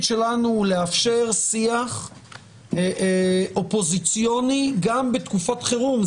שלנו לאפשר שיח אופוזיציוני גם בתקופת חירום,